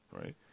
right